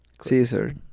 Caesar